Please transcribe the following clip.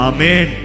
Amen